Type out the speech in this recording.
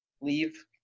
leave